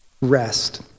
rest